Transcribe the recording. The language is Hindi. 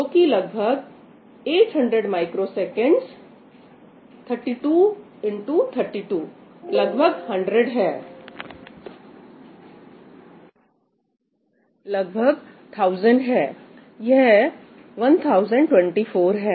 जो कि लगभग 800µs 32X32 लगभग 1000 है यह 1024 है